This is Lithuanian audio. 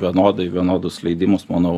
vienodai vienodus leidimus manau